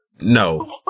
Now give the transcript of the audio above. no